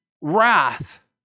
wrath